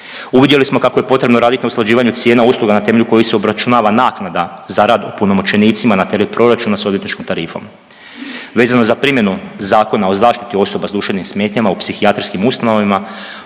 Uvidjeli smo kako je potrebno radit na usklađivanju cijena usluga na temelju kojih se obračunava naknada za rad opunomoćenicima na teret proračuna s odvjetničkom tarifom. Vezano za primjenu Zakona o zaštiti osoba s duševnim smetnjama u psihijatrijskim ustanovama,